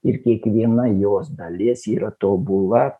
ir kiekviena jos dalis yra tobula